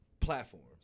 Platforms